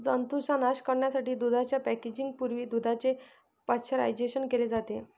जंतूंचा नाश करण्यासाठी दुधाच्या पॅकेजिंग पूर्वी दुधाचे पाश्चरायझेशन केले जाते